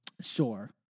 Sure